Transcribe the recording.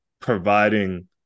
providing